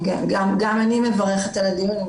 גם אני מברכת על הדיון,